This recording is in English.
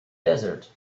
desert